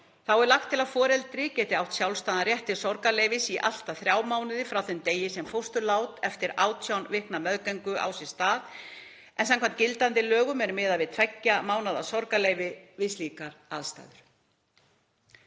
Þá er lagt til að foreldri geti átt sjálfstæðan rétt til sorgarleyfis í allt að þrjá mánuði frá þeim degi sem fósturlát eftir 18 vikna meðgöngu á sér stað en samkvæmt gildandi lögum er miðað við tveggja mánaða sorgarleyfi við slíkar aðstæður.